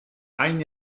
ein